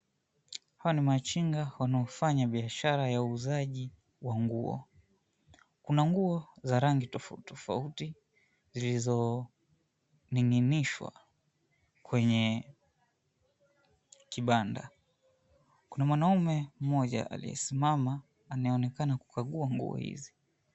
Hawa ni machinga wanaofanya biashara ya uuzaji wa nguo, kuna nguo za rangi tofauti tofauti zilizoning'inishwa kwenye kibanda, kuna mwanaume mmoja aliyesimama anayeonekana kukagua nguo hizi.